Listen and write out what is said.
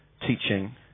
teaching